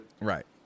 Right